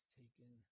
taken